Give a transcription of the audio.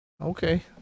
Okay